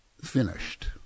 finished